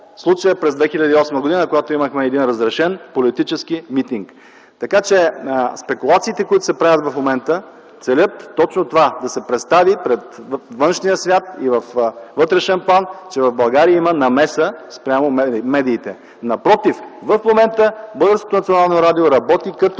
случая през 2008 г., когато имахме един разрешен политически митинг. Така че спекулациите, които се правят в момента, целят точно това – да се представи пред външния свят и във вътрешен план, че в България има намеса спрямо медиите. Напротив, в момента Българското национално радио работи като